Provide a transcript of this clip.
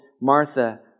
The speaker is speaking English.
Martha